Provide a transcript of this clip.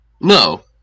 No